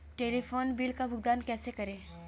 Telephone bill का भुगतान कैसे करें?